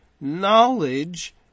knowledge